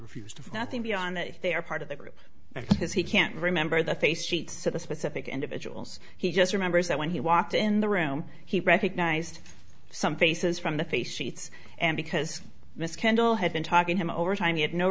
refused nothing beyond that if they are part of the group is he can't remember the face sheet to the specific individuals he just remembers that when he walked in the room he recognized some faces from the face sheets and because miss kendall had been talking him overtime he had no